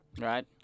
Right